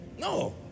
No